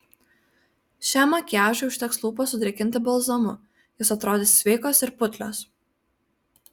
šiam makiažui užteks lūpas sudrėkinti balzamu jos atrodys sveikos ir putlios